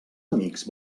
amics